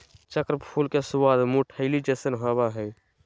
चक्र फूल के स्वाद मुलैठी जइसन होबा हइ